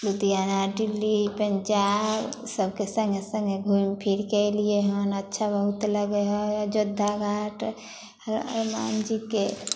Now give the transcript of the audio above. लुधियाना डिल्ली पंजाब सबके सङ्गे सङ्गे घूमि फिरके अयलिए हन अच्छा बहुत लगै हइ अयोध्या घाट हनुमान जीके